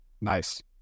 Nice